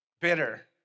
Bitter